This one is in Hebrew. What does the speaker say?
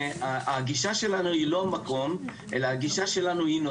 והגישה שלנו היא לא המקום אלא הנושא.